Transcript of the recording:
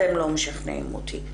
אתם לא משכנעים אותי,